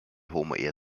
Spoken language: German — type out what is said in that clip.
homoehe